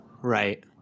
Right